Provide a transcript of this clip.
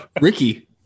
Ricky